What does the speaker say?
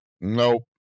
Nope